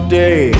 day